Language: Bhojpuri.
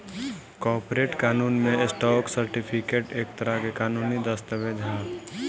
कॉर्पोरेट कानून में, स्टॉक सर्टिफिकेट एक तरह के कानूनी दस्तावेज ह